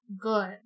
good